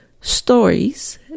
stories